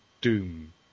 Doom